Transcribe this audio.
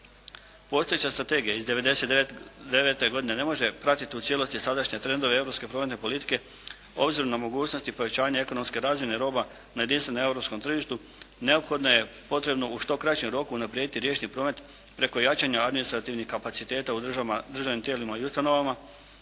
Postojeća strategija iz '99. godine ne može pratiti u cijelosti sadašnje trendove europske prometne politike, obzirom na mogućnosti povećanja ekonomske razine roba na jedinstvenom europskom tržištu neophodno je potrebno u što kraćem roku unaprijediti riječni promet preko jačanja administrativnih kapaciteta u državnim tijelima i ustanovama,